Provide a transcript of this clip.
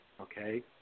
okay